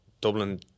Dublin